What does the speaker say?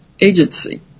agency